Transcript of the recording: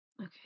Okay